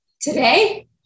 today